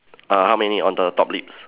err how many on the top lips